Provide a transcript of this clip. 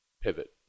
pivot